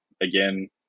again